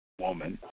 woman